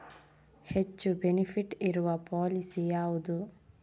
ಹೆಚ್ಚು ಬೆನಿಫಿಟ್ ಇರುವ ಪಾಲಿಸಿ ಯಾವುದು?